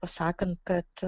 sakant kad